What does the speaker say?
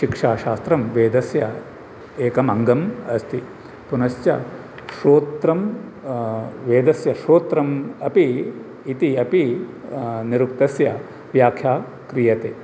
शिक्षाशास्त्रं वेदस्य एकम् अङ्गम् अस्ति पुनश्च श्रोत्रं वेदस्य श्रोत्रम् अपि इति अपि निरुक्तस्य व्याख्या क्रियते